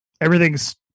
everything's